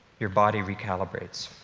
your body recalibrates.